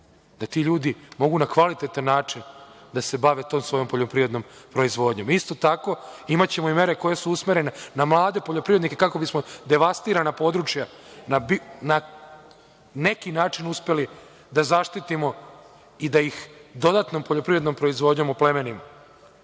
da ti ljudi mogu na kvalitetan način da se bave tom svojom poljoprivrednom proizvodnjom. Isto tako, imaćemo i mere koje su usmerene na mlade poljoprivrednike, kako bismo devastirana područja na neki način uspeli da zaštitimo i da ih dodatnom poljoprivrednom proizvodnjom oplemenimo. Ono